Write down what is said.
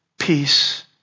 peace